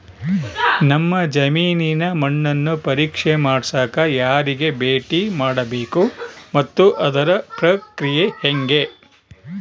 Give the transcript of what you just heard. ನಮ್ಮ ಜಮೇನಿನ ಮಣ್ಣನ್ನು ಪರೇಕ್ಷೆ ಮಾಡ್ಸಕ ಯಾರಿಗೆ ಭೇಟಿ ಮಾಡಬೇಕು ಮತ್ತು ಅದರ ಪ್ರಕ್ರಿಯೆ ಹೆಂಗೆ?